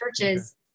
churches